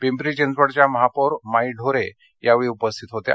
पिंपरी चिंचवडच्या महापौर माई ढोरे यावेळी उपस्थित होत्या